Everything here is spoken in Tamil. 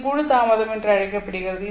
இது குழு தாமதம் என்று அழைக்கப்படுகிறது